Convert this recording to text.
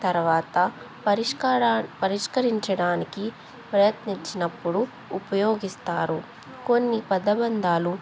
తర్వాత పరిష్కార పరిష్కరించడానికి ప్రయత్నించినప్పుడు ఉపయోగిస్తారు కొన్ని పదబంధాలు